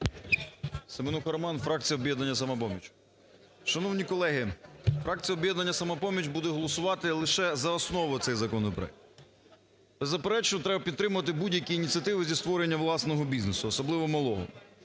СеменухаРоман, фракція "Об'єднання "Самопоміч". Шановні колеги, фракція "Об'єднання "Самопоміч" буде голосувати лише за основу цей законопроект. Беззаперечно, треба підтримувати будь-які ініціативи зі створення власного бізнесу, особливо малого.